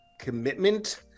commitment